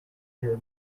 her